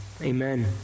Amen